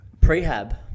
prehab